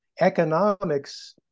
economics